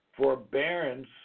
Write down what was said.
forbearance